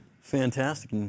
Fantastic